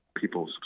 people